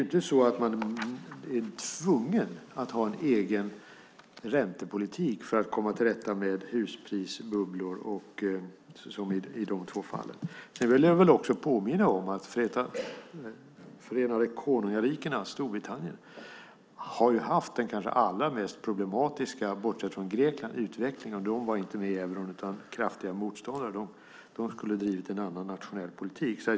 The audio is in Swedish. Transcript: Man är alltså inte tvungen att ha en egen räntepolitik för att komma till rätta med husprisbubblor som i dessa två fall. Jag vill också påminna om att Förenade konungariket, alltså Storbritannien, bortsett från Grekland har haft kanske den allra mest problematiska utvecklingen, och de var inte med i euron utan kraftiga motståndare. De skulle ha drivit en annan nationell politik.